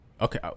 okay